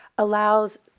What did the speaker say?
Allows